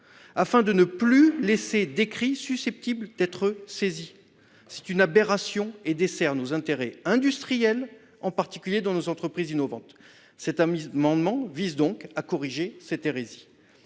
afin de ne plus laisser d’écrits susceptibles d’être saisis. Cette aberration dessert nos intérêts industriels, en particulier dans nos entreprises innovantes. Cet amendement vise donc à corriger cette hérésie.